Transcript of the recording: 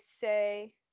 say